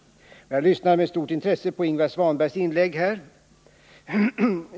Jag lyssnade med stort intresse på Ingvar Svanbergs inlägg här.